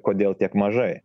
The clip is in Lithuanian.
kodėl tiek mažai